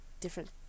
different